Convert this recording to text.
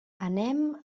anem